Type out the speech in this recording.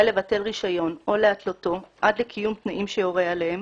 לבטל רישיון או להתלותו עד לקיום תנאים שיורה עליהם,